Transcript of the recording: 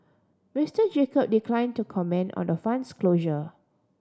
Mister Jacob decline to comment on the fund's closure